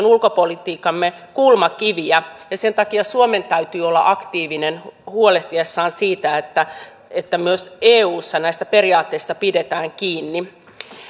ulkopolitiikkamme kulmakiviä ja sen takia suomen täytyy olla aktiivinen huolehtiessaan siitä että että myös eussa näistä periaatteista pidetään kiinni